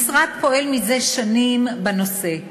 המשרד פועל זה שנים בנושא.